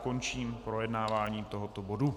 Končím projednávání tohoto bodu.